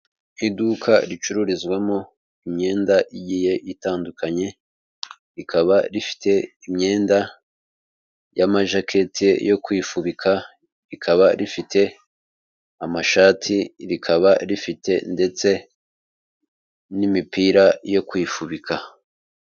Iduka ricururizwamo imyenda igiye itandukanye, rikaba rifite imyenda y'amajakete yo kwifubika, rikaba rifite ama shati, rikaba rifite ndetse n'imipira yo kwifubika.